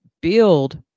build